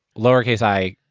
lowercase i,